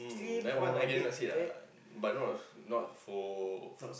um that one I cannot say ah but not not for